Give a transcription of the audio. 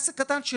עסק קטן,